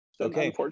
Okay